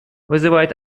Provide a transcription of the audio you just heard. вызывает